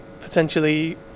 potentially